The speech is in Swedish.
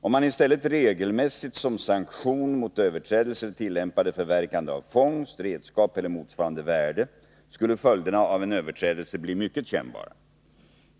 Om man i stället regelmässigt som sanktion mot överträdelser tillämpade förverkande av fångst, redskap eller motsvarande värde, skulle följderna av en överträdelse bli mycket kännbara.